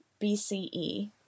BCE